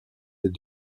des